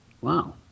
Wow